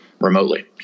remotely